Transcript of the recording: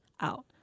out